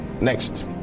next